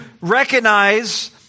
recognize